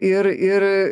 ir ir